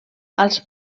als